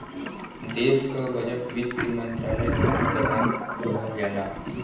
देश क बजट वित्त मंत्रालय द्वारा तैयार किहल जाला